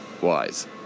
wise